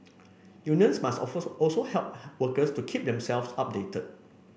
unions must also help workers to keep themselves updated